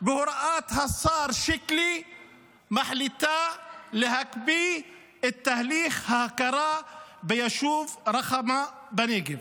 בהוראת השר שיקלי מחליטה להקפיא את תהליך ההכרה ביישוב רחמה בנגב.